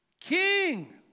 King